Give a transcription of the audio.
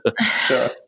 Sure